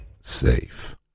Safe